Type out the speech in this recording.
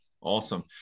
awesome